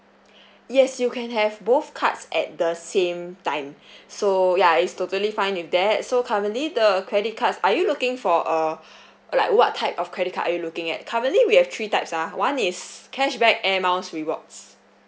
yes you can have both cards at the same time so ya it's totally fine with that so currently the credit cards are you looking for uh like what type of credit card are you looking at currently we have three types ah one is cashback air miles rewards